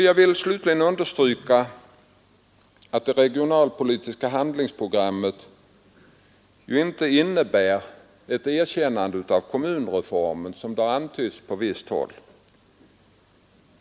Jag vill understryka att det regionalpolitiska handlingsprogrammet inte innebär ett underkännande av kommunreformen, som det antytts på visst håll.